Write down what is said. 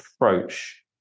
approach